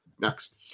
next